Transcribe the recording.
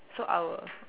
so I will